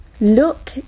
look